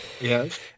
Yes